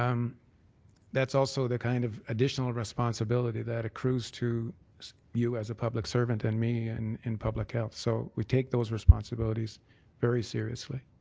um that's also the kind of additional responsibility that accrues to you as a public servant and me and in public health. so we take those responsibilities very seriously.